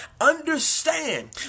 understand